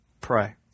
pray